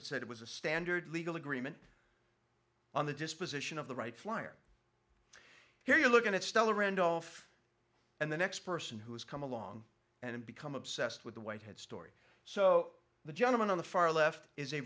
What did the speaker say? them said it was a standard legal agreement on the disposition of the wright flyer here you're looking at stella randolph and the next person who has come along and become obsessed with the white hat story so the gentleman on the far left is a